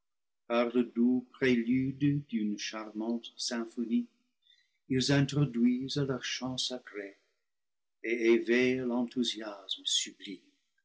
par le doux prélude d'une charmante symphonie ils introduisent leur chant sacré et éveillent l'enthousiasme sublime